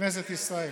בכנסת ישראל.